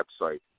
website